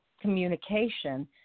communication